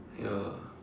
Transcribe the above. ya